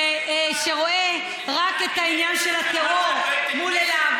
שרואה רק את העניין של הטרור מול עיניו,